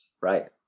right